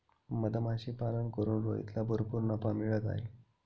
मधमाशीपालन करून रोहितला भरपूर नफा मिळत आहे